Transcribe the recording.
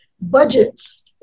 budgets